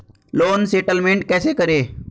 Loan settlement कैसे करें?